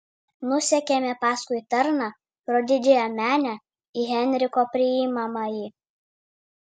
nusekėme paskui tarną pro didžiąją menę į henriko priimamąjį